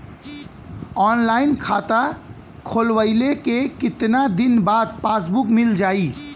Online खाता खोलवईले के कितना दिन बाद पासबुक मील जाई?